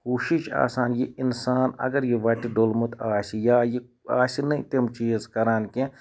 کوٗشِش آسان یہِ اِنسان اَگَر یہِ وَتہِ ڈوٚلمُت آسہِ یا یہِ آسہِ نہٕ تِم چیٖز کَران کینٛہہ